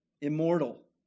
immortal